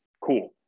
cool